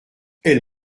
elle